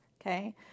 okay